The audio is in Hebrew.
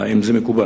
האם זה מקובל?